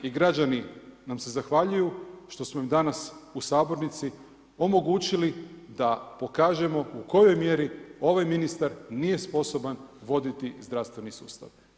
I građani nam se zahvaljuju što smo im danas u sabornici omogućili da pokažemo u kojoj mjeri ovaj ministar nije sposoban voditi zdravstveni sustav.